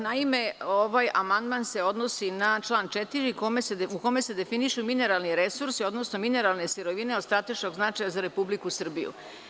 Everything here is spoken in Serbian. Naime, ovaj amandman se odnosi na član 4. u kome se definišu mineralni resursi, odnosno mineralne sirovine od strateškog značaja za Republiku Srbiju.